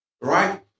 Right